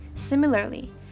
Similarly